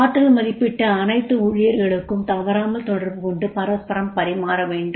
ஆற்றல் மதிப்பீட்டை அனைத்து ஊழியர்களுக்கும் தவறாமல் தொடர்பு கொண்டு பரஸ்பரம் பரிமாறவேண்டும்